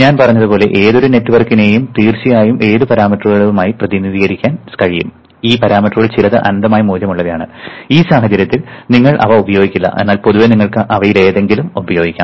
ഞാൻ പറഞ്ഞതുപോലെ ഏതൊരു നെറ്റ്വർക്കിനെയും തീർച്ചയായും ഏത് പാരാമീറ്ററുകളാലും പ്രതിനിധീകരിക്കാൻ കഴിയും ഈ പരാമീറ്ററുകളിൽ ചിലത് അനന്തമായ മൂല്യമുള്ളവയാണ് ഈ സാഹചര്യത്തിൽ നിങ്ങൾ അവ ഉപയോഗിക്കില്ല എന്നാൽ പൊതുവേ നിങ്ങൾക്ക് അവയിലേതെങ്കിലും ഉപയോഗിക്കാം